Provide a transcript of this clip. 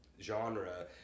genre